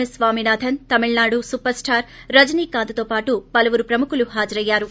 yes Swaminathan తమిళ super star రజనీకాంత్తో పాటు పలుపురు ప్రముఖులు హాజరయ్యారు